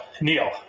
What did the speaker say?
Neil